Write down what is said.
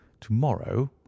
tomorrow